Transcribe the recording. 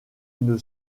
une